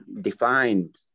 defined